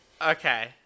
Okay